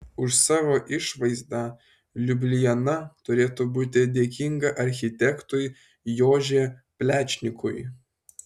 už savo išvaizdą liubliana turėtų būti dėkinga architektui jože plečnikui